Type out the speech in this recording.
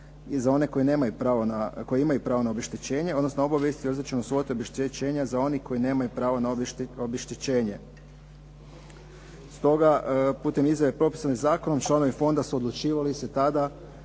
i za one koji imaju pravo na obeštećenje, odnosno obavijesti …/Govornik se ne razumije./… za onih koji nemaju pravo na obeštećenje. Stoga putem izjave propisane zakonom članovi fonda su odlučivali tada